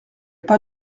pas